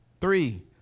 Three